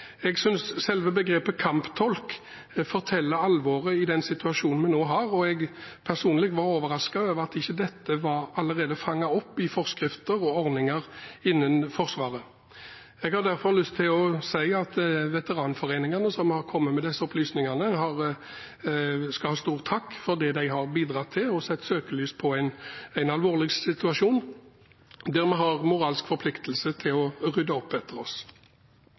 Jeg synes selve begrepet «kamptolk» forteller alvoret i den situasjonen vi nå har, og jeg personlig var overrasket over at ikke dette allerede var fanget opp i forskrifter og ordninger innen Forsvaret. Jeg har derfor lyst til å si at veteranforeningene som har kommet med disse opplysningene, skal ha stor takk for det de har bidratt til. De har satt søkelyset på en alvorlig situasjon, der vi har moralsk forpliktelse til å rydde opp etter oss.